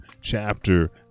chapter